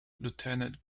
lieutenant